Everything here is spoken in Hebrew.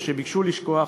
או שביקשו לשכוח,